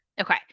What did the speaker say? Okay